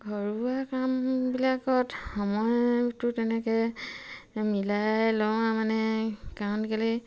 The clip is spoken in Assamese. ঘৰুৱা কামবিলাকত সময়টো তেনেকে মিলাই লওঁ মানে কাৰণ কেলে